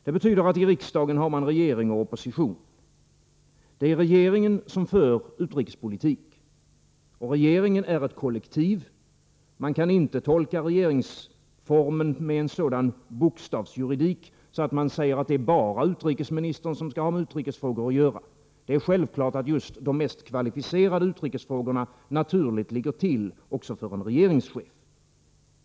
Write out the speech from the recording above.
Det betyder att man i riksdagen har regering och opposition. Det är regeringen som för utrikespolitik. Regeringen är ett kollektiv. Man kan inte tolka regeringsformen med sådan bokstavsjuridik att man säger att bara utrikesministern skall ha med utrikesfrågor att göra. Självklart skall just de mest kvalificerade utrikesfrågorna ligga naturligt till även för en regeringschef.